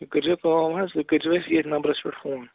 تُہۍ کٔرۍزیو کٲم حظ تُہۍ کٔرۍزیو اَسہِ ییٚتھۍ نمبرَس پٮ۪ٹھ فون